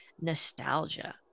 nostalgia